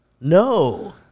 No